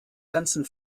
ganzen